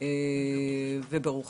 ובירור חשבון.